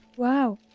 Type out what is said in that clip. wow!